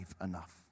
enough